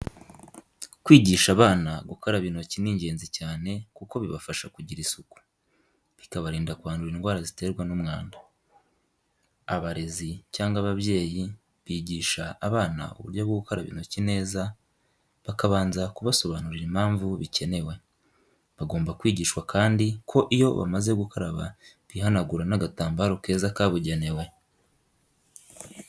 Kwigisha abana gukaraba intoki ni ingenzi cyane kuko bibafasha kugira isuku, bikabarinda kwandura indwara ziterwa n'umwanda. Abarezi cyangwa ababyeyi bigisha abana uburyo bwo gukaraba intoki neza, bakabanza kubasobanurira impamvu bikenewe. Bagomba kwigishwa kandi ko iyo bamaze gukaraba bihanagura n'agatambaro keza kabugenewe.